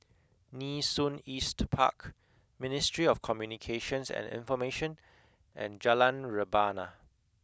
Nee Soon East Park Ministry of Communications and Information and Jalan Rebana